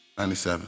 97